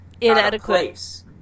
inadequate